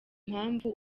mpamvu